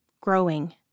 Growing